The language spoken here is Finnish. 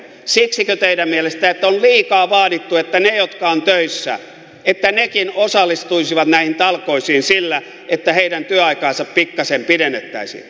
siksikö teidän mielestänne että on liikaa vaadittu että nekin jotka ovat töissä osallistuisivat näihin talkoisiin sillä että heidän työaikaansa pikkasen pidennettäisiin